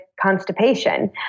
constipation